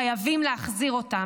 חייבים להחזיר אותם,